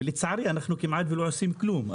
ולצערי אנחנו כמעט ולא עושים כלום.